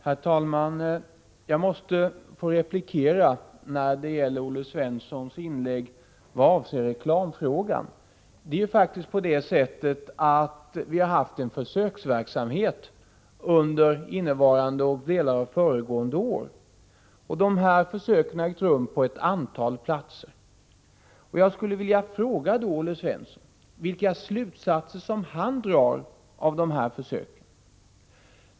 Herr talman! Jag måste få replikera på Olle Svenssons inlägg vad avser reklamfrågan. Det är faktiskt så att vi haft en försöksverksamhet under innevarande och delar av föregående år. Försöken har ägt rum på ett antal platser. Jag skulle vilja fråga Olle Svensson vilka slutsatser han drar av försöken.